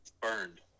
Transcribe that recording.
Burned